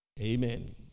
Amen